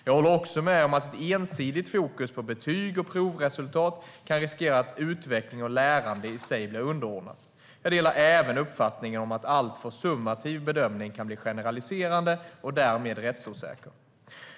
Jag håller också med om att ett ensidigt fokus på betyg och provresultat kan riskera att utveckling och lärande i sig blir underordnat. Jag delar även uppfattningen att alltför summativ bedömning kan bli generaliserande och därmed rättsosäker.